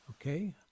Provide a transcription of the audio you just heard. Okay